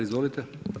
Izvolite.